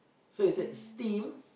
so he said steam